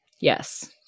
Yes